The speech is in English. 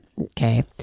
Okay